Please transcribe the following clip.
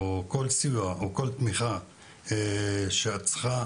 סיוע או תמיכה שאת צריכה,